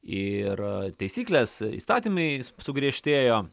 ir taisyklės įstatymai sugriežtėjo